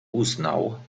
uznał